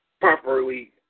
properly